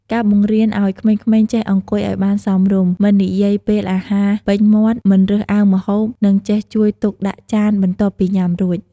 ការបង្រៀនឲ្យក្មេងៗចេះអង្គុយឲ្យបានសមរម្យ មិននិយាយពេលអាហារពេញមាត់ មិនរើសអើងម្ហូប និងចេះជួយទុកដាក់ចានបន្ទាប់ពីញ៉ាំរួច។